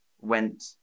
went